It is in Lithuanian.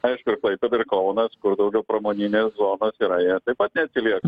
aišku ir klaipėda ir kaunas kur daugiau pramoninės zonos yra jie taip pat neatsilieka